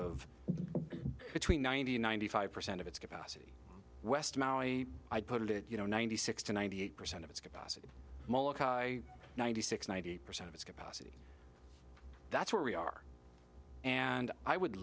of between ninety and ninety five percent of its capacity west maui i put it you know ninety six to ninety eight percent of its capacity ninety six ninety percent of its capacity that's where we are and i would